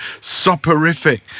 soporific